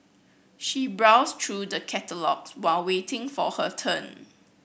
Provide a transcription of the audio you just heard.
she browsed through the catalogues while waiting for her turn